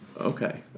Okay